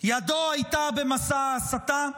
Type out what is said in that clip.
ידו הייתה במסע ההסתה,